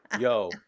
Yo